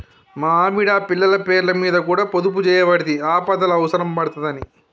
మా ఆవిడ, పిల్లల పేర్లమీద కూడ పొదుపుజేయవడ్తి, ఆపదల అవుసరం పడ్తదని